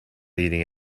eating